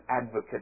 advocate